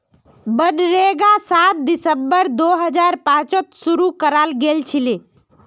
मनरेगा सात दिसंबर दो हजार पांचत शूरू कराल गेलछिले